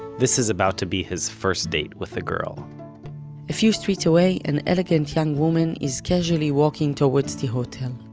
this is about to be his first date with a girl a few streets away an elegant young woman is casually walking towards the hotel.